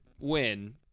win